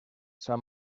san